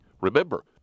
Remember